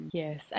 yes